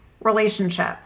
relationship